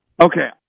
Okay